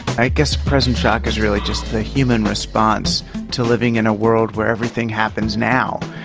i guess present shock is really just the human response to living in a world where everything happens now.